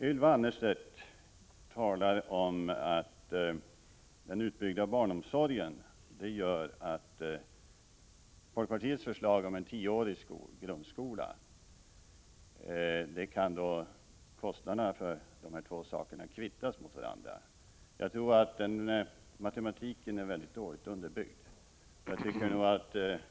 Ylva Annerstedt talar om att kostnaderna för den utbyggda barnomsorgen kan kvittas mot kostnaderna för den tioåriga grundskola som folkpartiet föreslår. Jag tror att den matematiken är väldigt dåligt underbyggd.